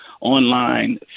online